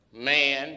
Man